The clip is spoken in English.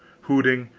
hooting,